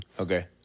Okay